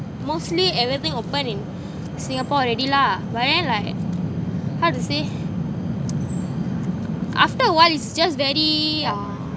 mostly everything open in singapore already lah but then like how to say after a while it's just very uh